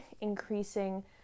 increasing